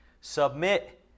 Submit